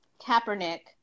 Kaepernick